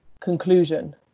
conclusion